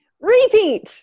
Repeat